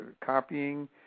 copying